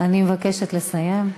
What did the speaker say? אני מבקשת לסיים.